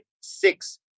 six